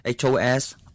HOS